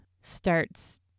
starts